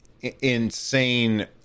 insane